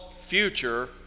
future